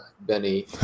Benny